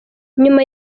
nyuma